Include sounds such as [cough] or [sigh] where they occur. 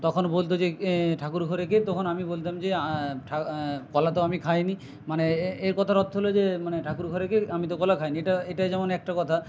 তখন বলতো যে ঠাকুর ঘরে কে তখন আমি বলতাম যে [unintelligible] কলা তো আমি খাই নি মানে এই কথার অর্থ হলো যে মানে ঠাকুর ঘরে কে আমি তো কলা খাই নি এটা এটা যেমন একটা কথা